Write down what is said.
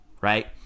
right